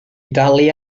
dalu